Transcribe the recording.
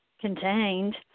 contained –